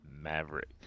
Maverick